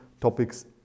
topics